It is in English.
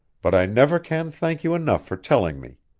but i never can thank you enough for telling me.